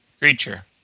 Creature